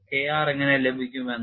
K r എങ്ങനെ ലഭിക്കും എന്ന്